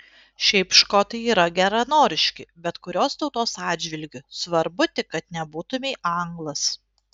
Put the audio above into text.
šiaip škotai yra geranoriški bet kurios tautos atžvilgiu svarbu tik kad nebūtumei anglas